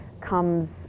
comes